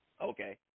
Okay